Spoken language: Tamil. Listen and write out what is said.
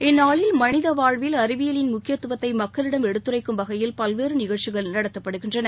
இந்நாளில் மனித வாழ்வில் அறிவியலின் முக்கியத்துவத்தை மக்களிடம் எடுத்துரைக்கும் வகையில் பல்வேறு நிகழ்ச்சிகள் நடத்தப்படுகின்றன